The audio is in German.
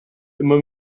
immer